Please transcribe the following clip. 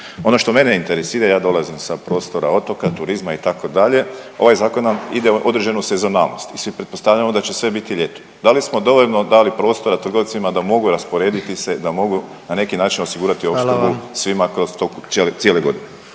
Ono što mene interesira, ja dolazim sa prostora otoka, turizma itd., ovaj zakon nam ide u određenu sezonalnost i svi pretpostavljamo da će sve biti ljetu. Da li smo dovoljno dali prostora trgovcima da mogu rasporediti se, da mogu na neki način osigurati ovu uslugu …/Upadica: Hvala vam./… svima kroz, u toku cijele godine?